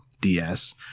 ds